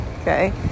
okay